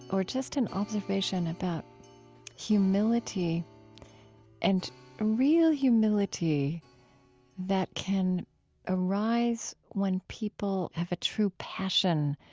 or just an observation about humility and real humility that can arise when people have a true passion